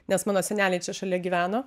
nes mano seneliai čia šalia gyveno